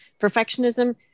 perfectionism